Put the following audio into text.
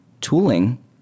tooling